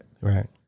Right